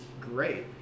great